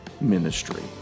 ministry